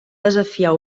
desafiar